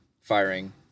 firing